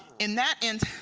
in that end,